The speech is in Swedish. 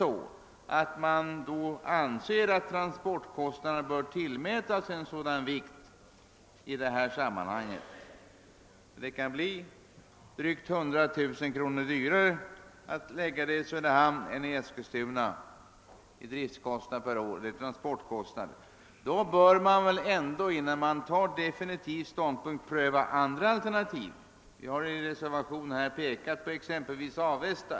Om emellertid transportkostnaderna skall tillmätas stor vikt i sammanhanget — de kan bli drygt 100 000 kr. högre per år vid en förläggning till Söderhamn jämfört med Eskilstuna — bör ändå innan definitiv ståndpunkt fattas andra alternativ prövas. I vår reservation har vi exempelvis pekat på Avesta.